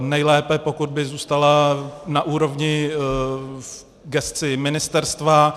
Nejlépe, pokud by zůstala na úrovni v gesci ministerstva.